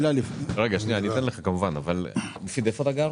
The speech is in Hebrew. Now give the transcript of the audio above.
מופיד, איפה אתה גר?